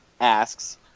asks